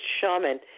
Shaman